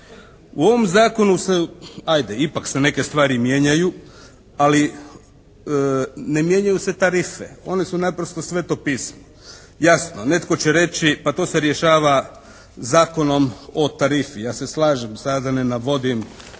U ovom zakonu se ajde ipak se neke stvari mijenjaju, ali ne mijenjaju se tarife, one su naprosto sveto pismo. Jasno netko će reći pa to se rješava Zakonom o tarifi, ja se slažem sada da ne navodim